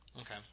Okay